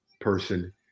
person